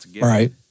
Right